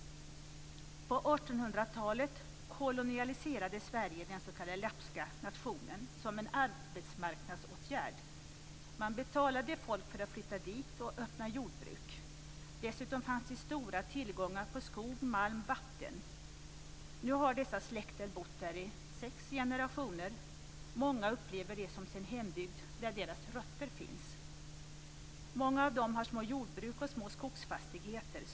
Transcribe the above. På 1800-talet kolonialiserade Sverige den s.k. lapska nationen som en arbetsmarknadsåtgärd. Man betalade folk för att flytta dit och öppna jordbruk. Dessutom fanns det stora tillgångar på skog, malm och vatten. Nu har dessa släkter bott där i sex generationer. Många upplever det här som sin hembygd där deras rötter finns. Många av dem har små jordbruk och små skogsfastigheter.